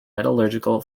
metallurgical